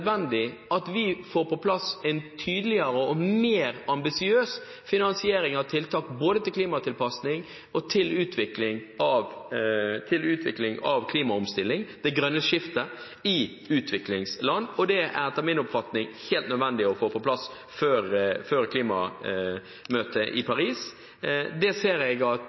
at vi får på plass en tydeligere og mer ambisiøs finansiering av tiltak både til klimatilpasning og til utvikling av klimaomstilling – det grønne skiftet – i utviklingsland. Det er etter min oppfatning helt nødvendig å få på plass før klimamøtet i Paris. Det ser jeg at